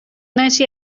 نشی